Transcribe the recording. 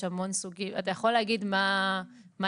אתה יכול להגיד מה העיקרון.